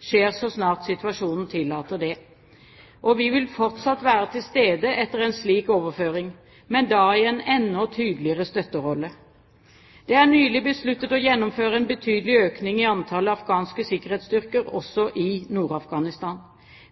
skjer så snart situasjonen tillater det. Vi vil fortsatt være til stede etter en slik overføring, men da i en enda tydeligere støtterolle. Det er nylig besluttet å gjennomføre en betydelig økning i antall afghanske sikkerhetsstyrker også i Nord-Afghanistan.